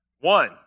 one